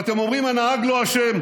ואתם אומרים: הנהג לא אשם.